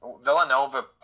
Villanova